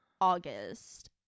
August